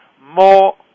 More